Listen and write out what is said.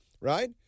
right